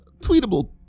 tweetable